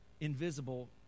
invisible